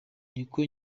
nikwo